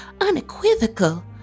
unequivocal